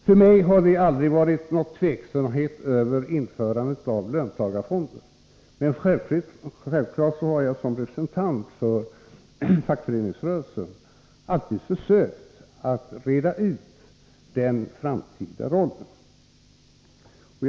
För mig har det aldrig varit någon tveksamhet om införandet av löntagarfonder, men självfallet har jag som representant för fackföreningsrörelsen alltid försökt att reda ut den framtida rollen.